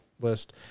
list